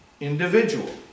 individual